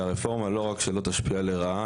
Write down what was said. שהרפורמה לא רק שתשפיע לרעה,